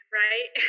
right